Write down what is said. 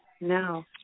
No